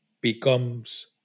becomes